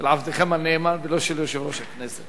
של עבדכם הנאמן, ולא של יושב-ראש הכנסת.